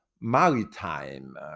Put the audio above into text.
maritime